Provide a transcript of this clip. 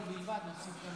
הצבעתי כדי שתוסיף גם אותי.